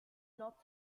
not